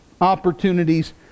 opportunities